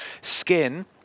skin